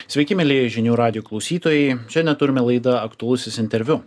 sveiki mieliji žinių radijo klausytojai šiandien turime laida aktualusis interviu